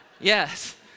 Yes